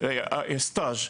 יש סטאז',